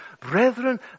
Brethren